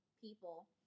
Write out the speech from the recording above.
people